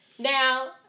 Now